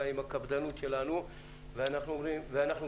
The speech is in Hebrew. ותקינה, ובכל זאת אנחנו